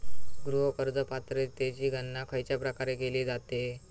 गृह कर्ज पात्रतेची गणना खयच्या प्रकारे केली जाते?